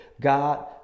God